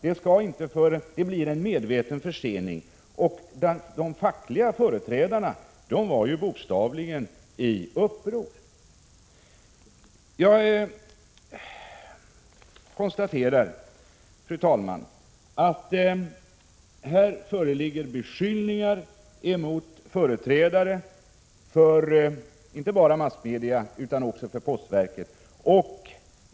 Det blir en medveten försening. De fackliga företrädarna var ju bokstavligt i uppror. Jag konstaterar, fru talman, att det här föreligger beskyllningar mot företrädare för inte bara massmedia utan också för postverket.